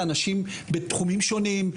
אנשים בתחומים שונים,